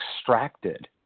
extracted